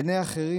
בעיני אחרים,